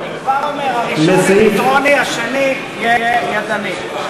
אני כבר אומר: הראשון אלקטרוני, השני יהיה ידני.